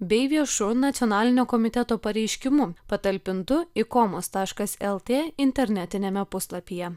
bei viešu nacionalinio komiteto pareiškimu patalpintu ikomos taškas lt internetiniame puslapyje